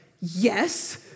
yes